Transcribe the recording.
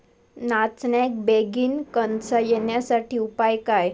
नाचण्याक बेगीन कणसा येण्यासाठी उपाय काय?